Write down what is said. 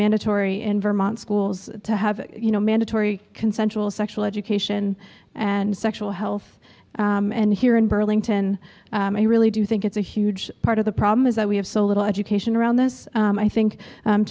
mandatory in vermont schools to have you know mandatory consensual sexual education and sexual health and here in burlington and i really do think it's a huge part of the problem is that we have so little education around this i think